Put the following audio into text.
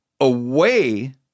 away